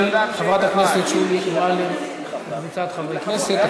של חברת הכנסת שולי מועלם וקבוצת חברי כנסת.